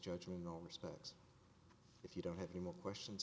judgment nor respect if you don't have any more questions